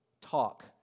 talk